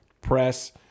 press